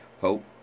Hope